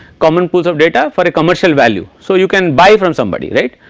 common pools of data for a commercial value so you can buy from somebody write